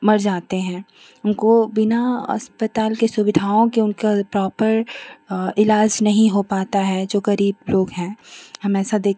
मर जाते हैं उनको बिना अस्पताल के सुविधाओं के उनका प्रॉपर ईलाज नहीं हो पाता है जो गरीब लोग है हमेशा देख